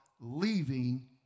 Leaving